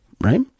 right